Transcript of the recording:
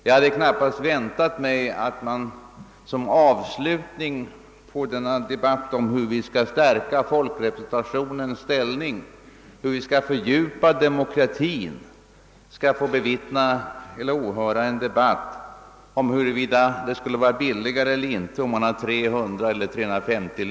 Jag hade knappast väntat mig att vi som avslutning på denna debatt om hur vi skall stärka folkrepresentationens ställning och fördjupa demokratin skulle få åhöra en diskussion om huruvida det skulle vara billigare eller inte med 300 ledamöter i stället för 350.